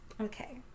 okay